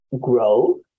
grow